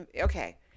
okay